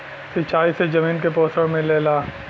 सिंचाई से जमीन के पोषण मिलेला